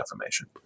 defamation